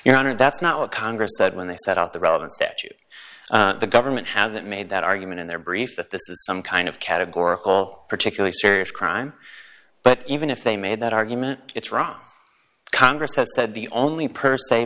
your honor that's not what congress said when they set out the relevant statute the government hasn't made that argument in their brief that this is some kind of categorical particularly serious crime but even if they made that argument it's wrong congress has said the only per